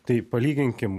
tai palyginkim